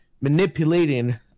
manipulating